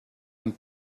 and